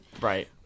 right